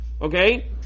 okay